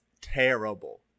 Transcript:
terrible